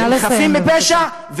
הם חפים מפשע, נא לסיים, בבקשה.